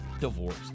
divorce